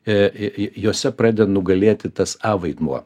jose pradeda nugalėti tas a vaidmuo